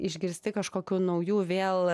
išgirsti kažkokių naujų vėl